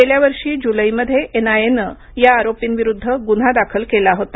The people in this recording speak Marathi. गेल्या वर्षी जुलैमध्ये एनआयएनं या आरोपींविरुद्ध गुन्हा दाखल केला होता